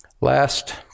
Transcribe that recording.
Last